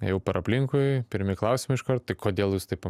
ėjau per aplinkui pirmi klausimai iškart tai kodėl jūs taip